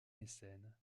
mécènes